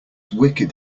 wicked